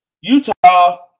Utah